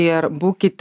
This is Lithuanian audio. ir būkit